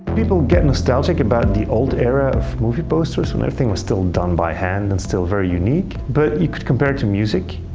people get nostalgic about the old era of movie posters, when everything was still done by hand and still very unique. but you could compare it to music,